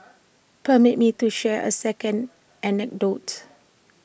permit me to share A second anecdote